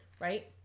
right